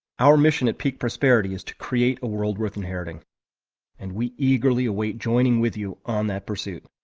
our mission at peak prosperity is to create a world worth inheriting and we eagerly await joining with you on that pursuit.